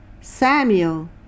Samuel